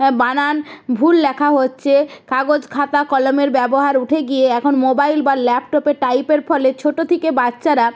হ্যাঁ বানান ভুল লেখা হচ্ছে কাগজ খাতা কলমের ব্যবহার উঠে গিয়ে এখন মোবাইল বা ল্যাপটপে টাইপের ফলে ছোটো থেকে বাচ্চারা